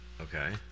okay